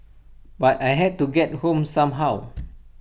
but I had to get home somehow